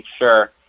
sure